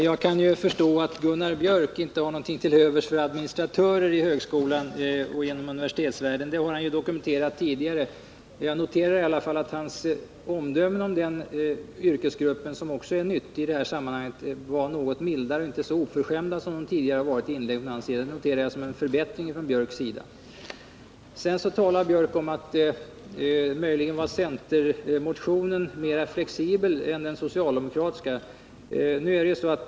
Herr talman! Jag kan förstå att Gunnar Biörck inte har något till övers för administratörer inom högskolor och universitet. Det har han dokumenterat tidigare. Jag noterar emellertid att hans omdöme om denna yrkesgrupp, som dock är nyttig i detta sammanhang, var något mildare och inte så oförskämt som det tidigare har varit. Det antecknar jag såsom en förbättring från Gunnar Biörck. Gunnar Biörck talar om att centermotionen möjligen är mer flexibel än den socialdemokratiska motionen.